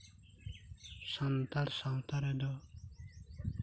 ᱥᱟᱱᱛᱟᱲ ᱥᱟᱶᱛᱟ ᱨᱮᱫᱚ